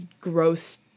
gross